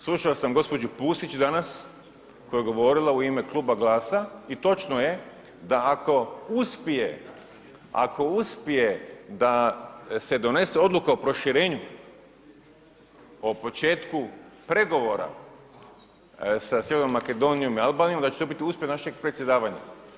Slušao sam gđu. Pusić danas koja je govorila u ime Kluba GLAS-a i točno je da ako uspije, ako uspije da se donese odluka o proširenju o početku pregovora sa Sjevernom Makedonijom i Albanijom da će to biti uspjeh našeg predsjedavanja.